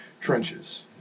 trenches